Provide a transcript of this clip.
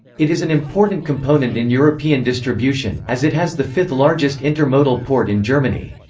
it is an important component in european distribution, as it has the fifth largest inter-modal port in germany.